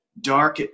dark